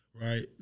right